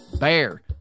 BEAR